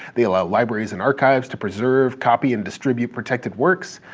they allow libraries and archives to preserve, copy, and distribute protected works.